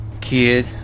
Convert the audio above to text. kid